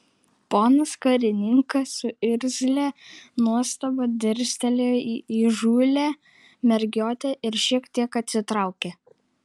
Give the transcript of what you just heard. ponas karininkas su irzlia nuostaba dirstelėjo į įžūlią mergiotę ir šiek tiek atsitraukė